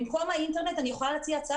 במקום האינטרנט אני יכולה להציע הצעה